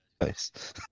Nice